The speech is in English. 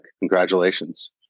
congratulations